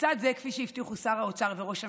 לצד זה, כפי שהבטיחו שר האוצר וראש הממשלה,